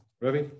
Ravi